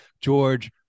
George